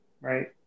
right